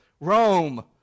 Rome